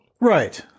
Right